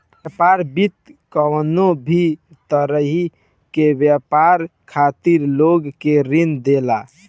व्यापार वित्त कवनो भी तरही के व्यापार खातिर लोग के ऋण देला